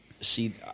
see